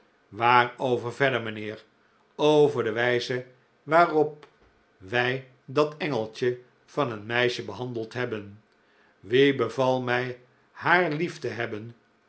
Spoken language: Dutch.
waarover vcrdcr mijnheer over de wijze waarop wij dat engeltje van een meisje behandeld hebben wie beval mij haar lief te hebben